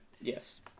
Yes